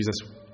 Jesus